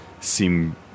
seem